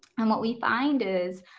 and what we find is,